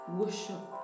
worship